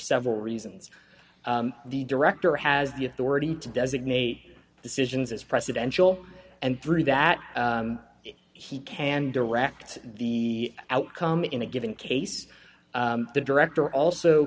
several reasons the director has the authority to designate decisions as presidential and three that he can direct the outcome in a given case the director also